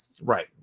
Right